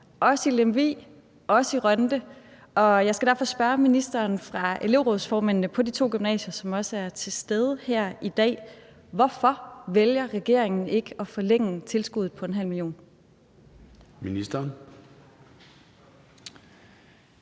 også i Lemvig og i Rønde, og jeg skal derfor spørge ministeren fra elevrådsformændene på de to gymnasier, som også er til stede her i dag: Hvorfor vælger regeringen ikke at forlænge tilskuddet på 0,5 mio. kr.?